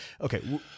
Okay